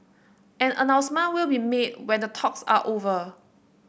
an announcement will be made when the talks are over